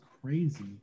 crazy